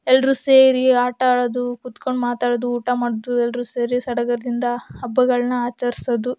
ಎಲ್ಲರೂ ಸೇರಿ ಆಟ ಅದೊಂದು ಕೂತ್ಕೊಂಡು ಮಾತಾಡೋದು ಊಟ ಮಾಡೋದು ಎಲ್ಲರೂ ಸೇರಿ ಸಡಗರದಿಂದ ಹಬ್ಬಗಳ್ನ ಆಚರಿಸೋದು